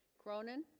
cronin